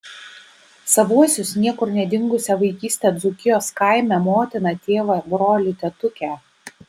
savuosius niekur nedingusią vaikystę dzūkijos kaime motiną tėvą brolį tetukę